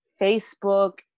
Facebook